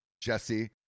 Jesse